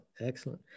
Excellent